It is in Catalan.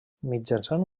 mitjançant